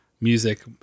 music